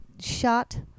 shot